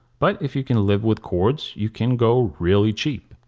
but if you can live with cords you can go really cheap.